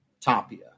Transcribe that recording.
Tapia